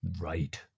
Right